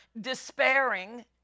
despairing